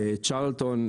צ'רלטון,